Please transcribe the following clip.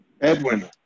Edwin